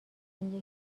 این